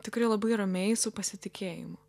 tikrai labai ramiai su pasitikėjimu